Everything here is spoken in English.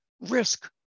risk